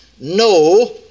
no